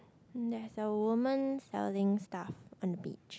there's a woman selling stuff on the beach